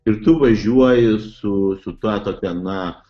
ir tu važiuoji su su ta tokia na